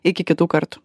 iki kitų kartų